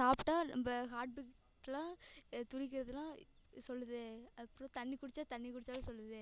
சாப்பிட்டா நம்ம ஹார்ட் பீட்டெலாம் துடிக்கிறதெலாம் இது சொல்லுது அப்புறம் தண்ணி குடித்தா தண்ணி குடித்தாலும் சொல்லுது